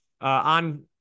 on